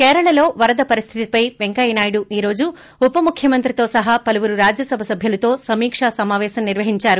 కేరళలో వరద పరిస్థితిపై వెంకయ్యనాయుడు ఈ రోజు ఉప ముఖ్యమంత్రితో సహా స పలువురు రాజ్యసేభ సభ్యులతో సమీకా సమాపేశం నిర్వహించారు